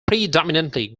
predominantly